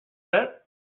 set